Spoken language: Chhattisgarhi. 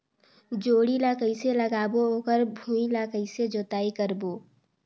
जोणी ला कइसे लगाबो ओकर भुईं ला कइसे जोताई करबो?